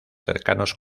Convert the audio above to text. cercanos